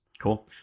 Cool